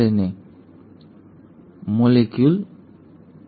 તો હવે તમારી પાસે એમઆરએનએ મોલેક્યુલ તૈયાર છે